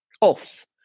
off